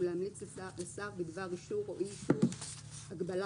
ולהמליץ לשר בדבר אישור או אי-אישור הגבלת